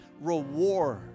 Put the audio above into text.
reward